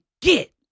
get